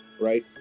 right